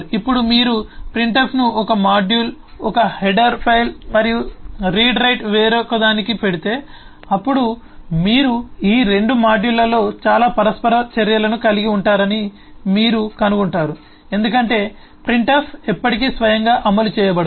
ఇప్పుడు మీరు printf ను ఒక మాడ్యూల్ ఒక హెడర్ ఫైల్ మరియు రీడ్ రైట్ వేరొకదానికి పెడితే అప్పుడు మీరు ఈ రెండు మాడ్యూళ్ళలో చాలా పరస్పర చర్యలను కలిగి ఉంటారని మీరు కనుగొంటారు ఎందుకంటే printf ఎప్పటికీ స్వయంగా అమలు చేయబడదు